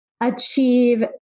achieve